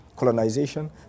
colonization